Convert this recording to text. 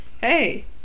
hey